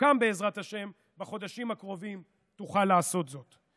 שתוקם בעזרת השם בחודשים הקרובים, תוכל לעשות זאת.